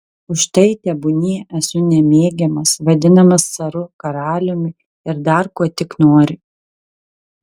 už tai tebūnie esu nemėgiamas vadinamas caru karaliumi ir dar kuo tik nori